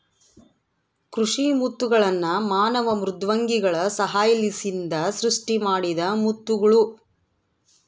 ಕೃಷಿ ಮುತ್ತುಗಳ್ನ ಮಾನವ ಮೃದ್ವಂಗಿಗಳ ಸಹಾಯಲಿಸಿಂದ ಸೃಷ್ಟಿಮಾಡಿದ ಮುತ್ತುಗುಳು